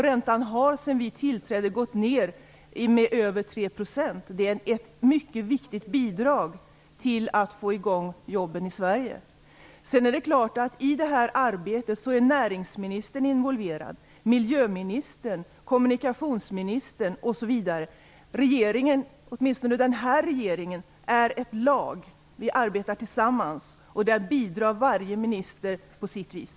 Räntan har sedan vi tillträdde gått ned med över 3 %. Det är ett mycket viktigt bidrag till att få i gång jobben i Sverige. I detta arbete är näringsministern, miljöministern, kommunikationsministern osv. involverade. Regeringen - åtminstone denna regering - är ett lag. Vi arbetar tillsammans. Varje minister bidrar på sitt vis.